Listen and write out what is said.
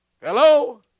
Hello